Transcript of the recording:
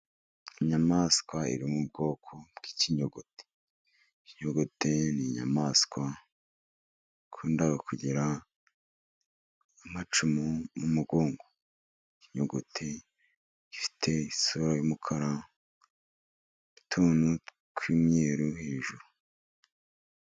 Inyamaswa iri mu bwoko bw'ikinyogote, ikinyogote ni nyamaswa ikunda kugira amacumu mu mugongo, ikinyogote gifite isura y'umukara n'utuntu tw'imyeru hejuru.